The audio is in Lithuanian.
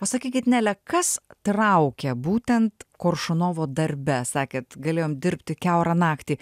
o sakykit nele kas traukė būtent koršunovo darbe sakėt galėjom dirbti kiaurą naktį